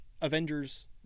Avengers